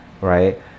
Right